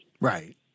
Right